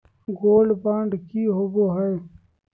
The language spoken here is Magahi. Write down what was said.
गोल्ड बॉन्ड की होबो है?